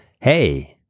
hey